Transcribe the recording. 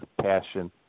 passion